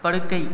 படுக்கை